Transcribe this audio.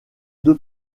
deux